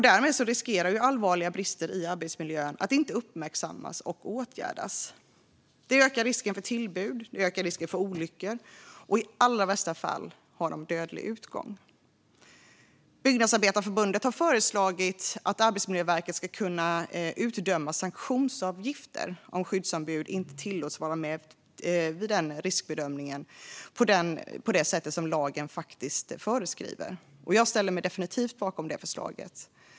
Därmed riskerar allvarliga brister i arbetsmiljön att inte uppmärksammas och åtgärdas. Det ökar risken för tillbud och olyckor, som i allra värsta fall får dödlig utgång. Byggnadsarbetareförbundet har föreslagit att Arbetsmiljöverket ska kunna utdöma sanktionsavgifter om skyddsombud inte tillåts vara med vid riskbedömningen på det sätt som lagen faktiskt föreskriver, och jag ställer mig definitivt bakom förslaget.